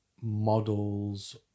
models